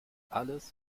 alles